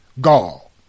gall